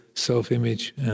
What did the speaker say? self-image